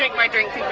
like my drink